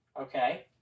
okay